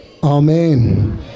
Amen